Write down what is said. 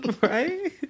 Right